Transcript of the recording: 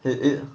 it it